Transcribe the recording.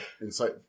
insight